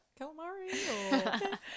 calamari